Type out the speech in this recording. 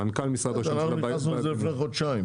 מנכ"ל משרד ראש הממשלה --- אנחנו נכנסנו לזה לפני חודשיים.